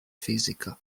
física